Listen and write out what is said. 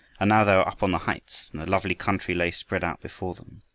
and now they were up on the heights, and the lovely country lay spread out before them.